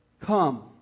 come